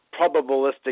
probabilistic